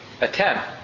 attempt